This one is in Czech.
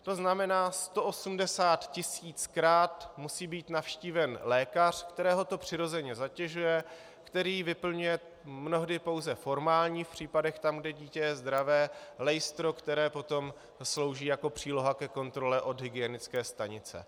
To znamená 180tisíckrát musí být navštíven lékař, kterého to přirozeně zatěžuje, který vyplňuje mnohdy pouze formální v případech, kde dítě je zdravé lejstro, které potom slouží jako příloha ke kontrole od hygienické stanice.